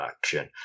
action